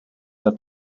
der